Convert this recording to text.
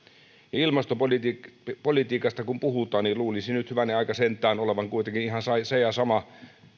ilmastopolitiikasta kun puhutaan niin luulisi nyt hyvänen aika sentään olevan kuitenkin ihan se ja sama